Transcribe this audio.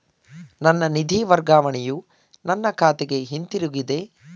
ನನ್ನ ನಿಧಿ ವರ್ಗಾವಣೆಯು ನನ್ನ ಖಾತೆಗೆ ಹಿಂತಿರುಗಿದೆ